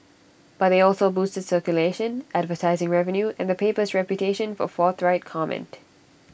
but they also boosted circulation advertising revenue and the paper's reputation for forthright comment